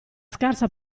scarsa